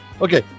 Okay